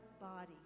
body